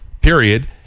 Period